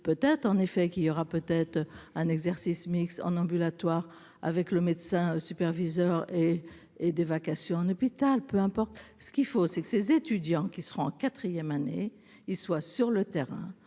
Peut-être y aura-t-il un exercice mixte en ambulatoire avec le médecin superviseur et des vacations en hôpital. Peu importe ! Ce qu'il faut, c'est que les étudiants en quatrième année soient sur le terrain,